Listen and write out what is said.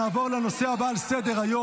נעבור לנושא הבא על סדר-היום,